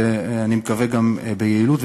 ואני מקווה גם ביעילות,